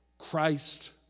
Christ